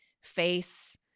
face